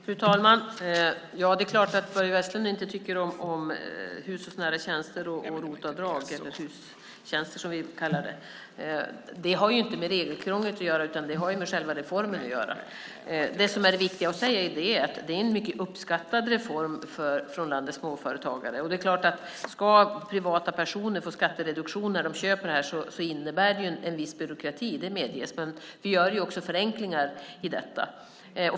Fru talman! Det är klart att Börje Vestlund inte tycker om hushållsnära tjänster och ROT-avdrag, eller HUS-tjänster som vi kallar det. Det har inte med regelkrånglet att göra, utan med själva reformen. Det viktiga är att detta är en reform som är mycket uppskattad av landets småföretagare. Om privatpersoner ska få skattereduktion när de köper det här innebär det viss byråkrati - det medges. Men vi gör också förenklingar i detta.